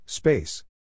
Space